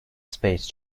space